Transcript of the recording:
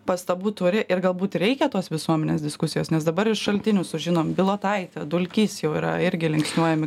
pastabų turi ir galbūt reikia tos visuomenės diskusijos nes dabar iš šaltinių sužinom bilotaitė dulkys jau yra irgi linksniuojami